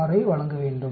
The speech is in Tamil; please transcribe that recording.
166 ஐ வழங்க வேண்டும்